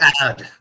add